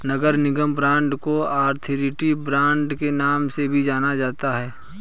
नगर निगम बांड को authority bond के नाम से भी जाना जाता है